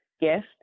gift